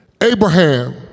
Abraham